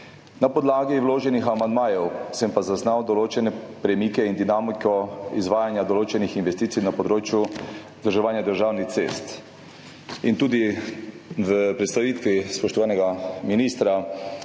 Na podlagi vloženih amandmajev sem pa zaznal določene premike in dinamiko izvajanja določenih investicij na področju vzdrževanja državnih cest, tudi v predstavitvi spoštovanega ministra,